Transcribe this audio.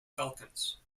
falcons